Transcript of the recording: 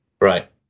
Right